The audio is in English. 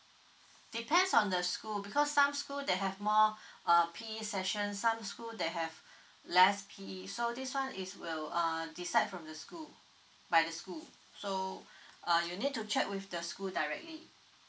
depends on the school because some school they have more uh P_E session some school they have less P_E so this one is will err decide from the school by the school so uh you need to check with the school directly